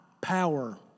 power